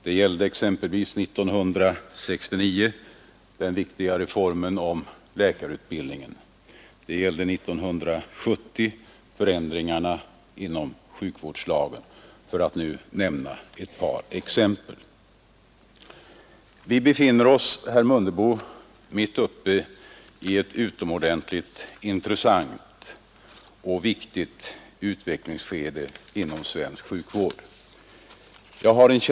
År 1969 gällde det exempelvis den viktiga reformen om läkarutbildningen, och 1970 gällde det förändringarna inom sjukvårdslagen, för att här bara nämna ett par exempel. Vi befinner oss nu, herr Mundebo, mitt uppe i ett utomordentligt intressant och viktigt utvecklingsskede inom svensk sjukvård.